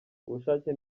ubushake